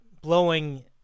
blowing